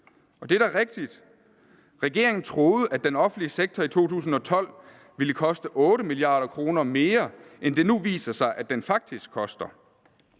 Og det er da rigtigt. Regeringen troede, at den offentlige sektor i 2012 ville koste 8 mia. kr. mere, end det nu viser sig den faktisk koster.